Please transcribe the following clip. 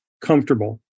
comfortable